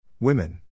Women